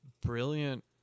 brilliant